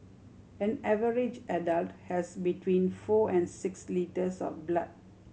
an average adult has between four and six litres of blood